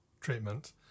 treatment